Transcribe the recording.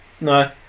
no